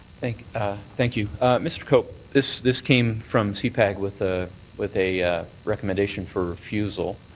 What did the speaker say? thank ah thank you. mr. cope, this this came from so cpag with ah with a recommendation for refusal.